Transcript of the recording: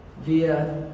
via